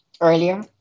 earlier